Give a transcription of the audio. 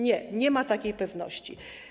Nie, nie ma takiej pewności.